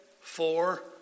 four